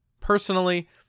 Personally